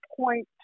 point